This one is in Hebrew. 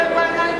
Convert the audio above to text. תסתכל בעיניים,